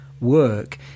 work